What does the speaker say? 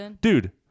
dude